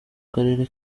karere